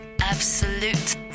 Absolute